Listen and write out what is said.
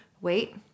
wait